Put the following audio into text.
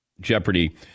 Jeopardy